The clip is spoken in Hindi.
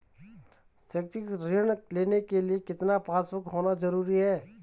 शैक्षिक ऋण लेने के लिए कितना पासबुक होना जरूरी है?